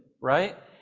right